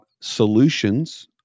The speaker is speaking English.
solutions